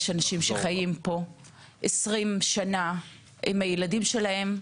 תוך 30 יום אנשים שחיים פה 20 שנה עם הילדים שלהם,